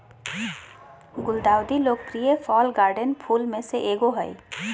गुलदाउदी लोकप्रिय fall garden फूल में से एगो हइ